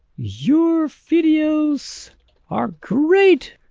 your videos are great!